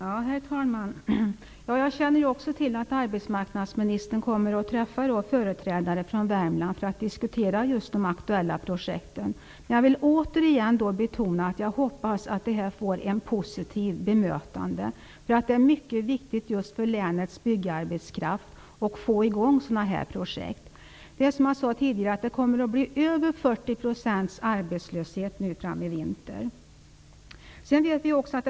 Herr talman! Jag känner också till att arbetsmarknadsministern kommer att träffa företrädare för Värmland för att diskutera de aktuella projekten. Men jag vill återigen betona att jag hoppas att bemötandet då blir positivt. Det är nämligen mycket viktigt för just länets byggarbetskraft att få i gång sådana här projekt. Som jag tidigare sade kommer arbetslösheten i vinter att bli över 40 %.